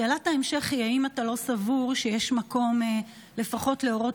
שאלת ההמשך היא אם אתה לא סבור שיש מקום לפחות להורות